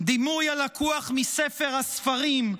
דימוי הלקוח מספר הספרים,